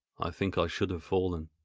i think i should have fallen.